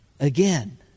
Again